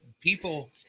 people